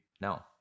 now